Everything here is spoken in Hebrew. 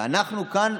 ואנחנו כאן,